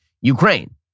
Ukraine